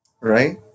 right